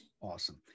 Awesome